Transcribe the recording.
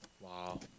Wow